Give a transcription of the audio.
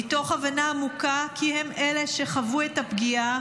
מתוך הבנה עמוקה כי הם אלה שחוו את הפגיעה